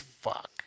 Fuck